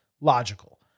logical